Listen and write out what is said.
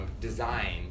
design